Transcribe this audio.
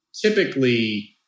typically